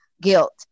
Guilt